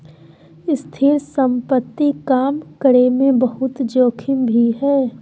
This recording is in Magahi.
स्थिर संपत्ति काम करे मे बहुते जोखिम भी हय